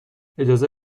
اجازه